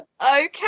Okay